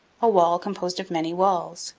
a wall composed of many walls,